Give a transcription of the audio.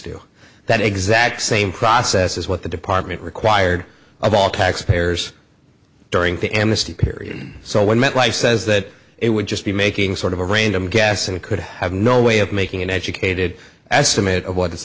to that exact same process as what the department required of all taxpayers during the amnesty period so when metlife says that it would just be making sort of a random guess and could have no way of making an educated as timid of what